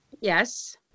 Yes